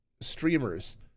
streamers